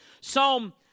Psalm